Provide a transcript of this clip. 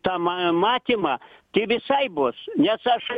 tą ma matymą ti visai bus nes aš